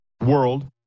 World